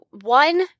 one